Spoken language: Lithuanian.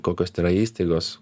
kokios tai yra įstaigos